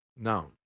Now